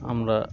আমরা